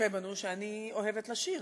שצופה בנו שאני אוהבת לשיר.